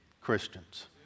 Christians